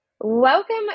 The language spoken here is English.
Welcome